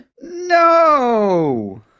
no